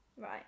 Right